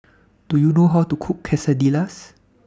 Do YOU know How to Cook Quesadillas